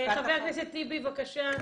חבר הכנסת טיבי, בבקשה.